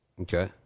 Okay